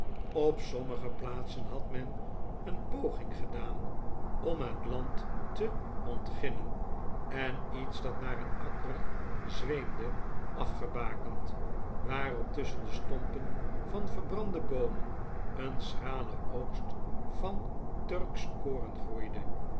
op sommige plaatsen had men een poging gedaan om het land te ontginnen en iets dat naar een akker zweemde afgebakend waarop tusschen de stompen van verbrande boomen een schrale oogst van turksch koren groeide